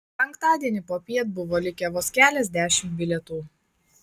penktadienį popiet buvo likę vos keliasdešimt bilietų